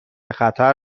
خطر